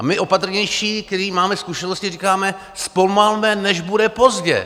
A my opatrnější, kteří máme zkušenosti, říkáme: Zpomalme, než bude pozdě.